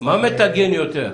מטגן יותר,